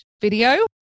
video